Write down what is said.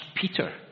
Peter